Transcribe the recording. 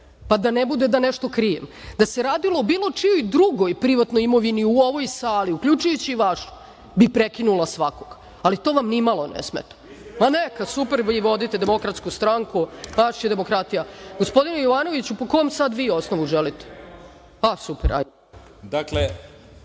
pa da ne bude da nešto krijem. Da se radilo o bilo čijoj drugoj, privatnoj imovini u ovoj sali, uključujući i vašu bi prekinula svakog, ali to vam ni malo ne smeta. Pa, neka super, vi vodite Demokratsku stanku, pašće demokratija. Gospodine Jovanoviću, po kom sad vi osnovu želite? Super.